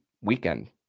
weekend